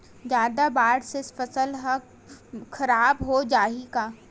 जादा बाढ़ से फसल ह खराब हो जाहि का?